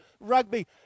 rugby